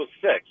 six